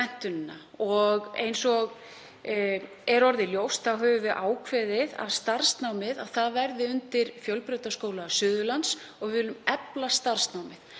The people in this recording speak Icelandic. Eins og er orðið ljóst höfum við ákveðið að starfsnámið verði undir Fjölbrautaskóla Suðurlands og við viljum efla það.